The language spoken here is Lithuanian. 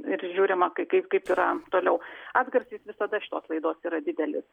ir žiūrima kaip kaip yra toliau atgarsis visada šitos laidos yra didelis